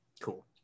cool